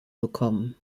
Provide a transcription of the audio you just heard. bekommen